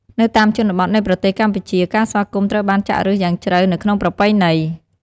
នៅតាមជនបទនៃប្រទេសកម្ពុជា ការស្វាគមន៍ត្រូវបានចាក់ឫសយ៉ាងជ្រៅនៅក្នុងប្រពៃណី។